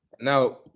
now